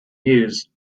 used